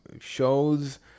shows